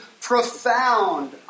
profound